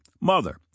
Mother